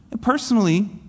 personally